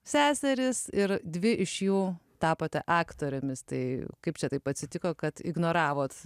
seserys ir dvi iš jų tapote aktorėmis tai kaip čia taip atsitiko kad ignoravot